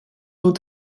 nos